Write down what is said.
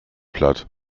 platt